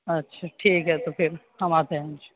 اچھا ٹھیک ہے تو پھر ہم آتے ہیں انشاء اللہ